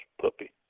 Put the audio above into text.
puppy